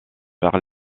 par